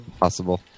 Possible